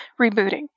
rebooting